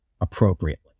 appropriately